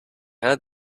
heard